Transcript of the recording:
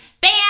Bam